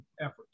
efforts